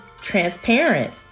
transparent